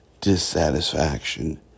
dissatisfaction